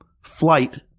flight